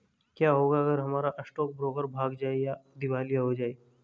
क्या होगा अगर हमारा स्टॉक ब्रोकर भाग जाए या दिवालिया हो जाये?